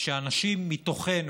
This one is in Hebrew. שאנשים מתוכנו,